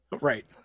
right